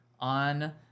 on